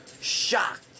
shocked